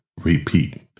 repeat